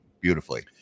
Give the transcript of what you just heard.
beautifully